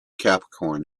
capricorn